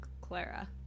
Clara